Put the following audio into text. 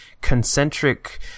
concentric